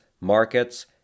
markets